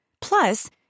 Plus